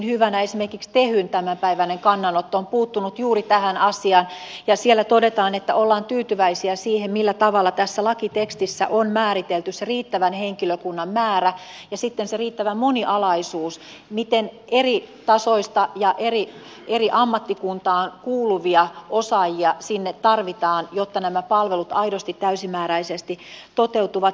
esimerkiksi tehyn tämänpäiväinen kannanotto on puuttunut juuri tähän asiaan ja siellä todetaan että ollaan tyytyväisiä siihen millä tavalla tässä lakitekstissä on määritelty se riittävän henkilökunnan määrä ja sitten se riittävä monialaisuus miten eritasoisia ja eri ammattikuntaan kuuluvia osaajia sinne tarvitaan jotta nämä palvelut aidosti täysimääräisesti toteutuvat